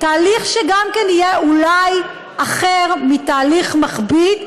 תהליך שגם כן יהיה אולי אחר מתהליך מכביד,